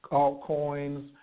altcoins